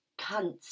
cunts